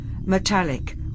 metallic